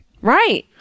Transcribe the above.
Right